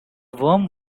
worm